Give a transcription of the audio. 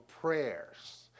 prayers